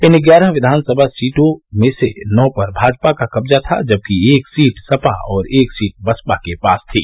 इन ग्यारह विधानसभा सीटों में से नौ पर भाजपा का कब्जा था जबकि एक सीट सपा और एक सीट बसपा के पास थी